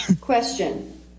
Question